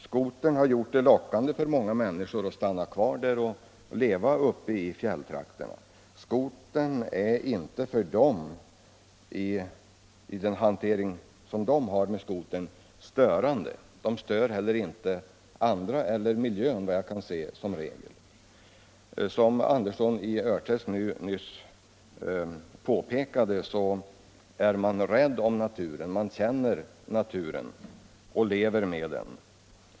Skotern har gjort det lockande för många människor att stanna kvar och leva uppe i fjälltrakterna. För dem är skotern inte störande genom den hantering de har med den. Såvitt jag kan se stör de som regel inte naturmiljön. Som herr Andersson i Lycksele nyss påpekade är fjällbefolkningen rädd om naturen. Man känner naturen och lever med den.